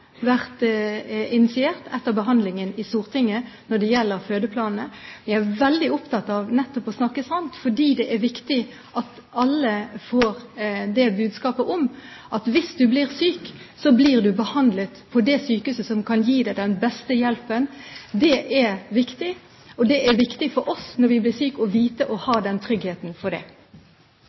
initiert etter behandlingen i Stortinget. Jeg er veldig opptatt av nettopp å snakke sant, fordi det er viktig at alle får budskapet om at hvis du blir syk, blir du behandlet på det sykehuset som kan gi deg den beste hjelpen. Det er viktig, og det er viktig for oss når vi blir syke at vi har tryggheten for det.